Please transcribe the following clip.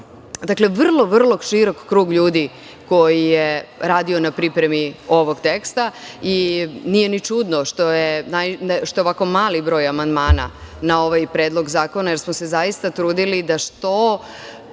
dakle, vrlo širok krug ljudi koji je radio na pripremi ovog teksta i nije ni čudno što je ovako mali broj amandmana na ovaj predlog zakona, jer smo se zaista trudili da što